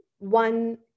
one